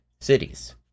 cities